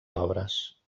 obres